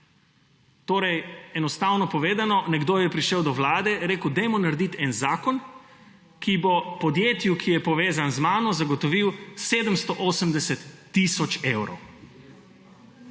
zakona. Enostavno povedano, nekdo je prišel do vlade, rekel, »dajmo narediti en zakon, ki bo podjetju, ki je povezano z mano, zagotovil 780 tisoč evrov«.